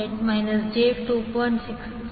48 j2